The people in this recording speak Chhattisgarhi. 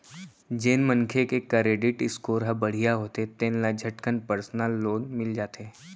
जेन मनखे के करेडिट स्कोर ह बड़िहा होथे तेन ल झटकुन परसनल लोन मिल जाथे